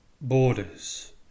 Borders